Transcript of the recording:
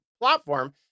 platform